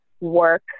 work